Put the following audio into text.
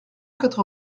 quatre